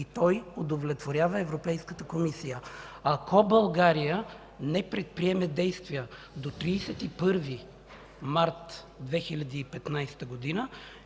Той удовлетворява Европейката комисия. Ако България не предприеме действия до 31 март 2015 г.,